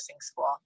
school